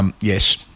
Yes